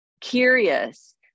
curious